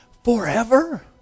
forever